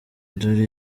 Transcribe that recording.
dore